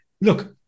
Look